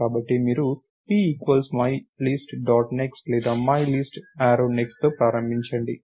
కాబట్టి మీరు p equals my list dot next లేదా మైలిస్ట్ యారో నెక్స్ట్ తో ప్రారంభించండి